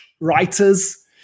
writers